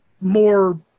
more